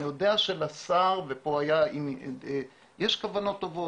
אני יודע שלשר יש כוונות טובות.